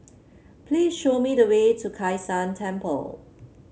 please show me the way to Kai San Temple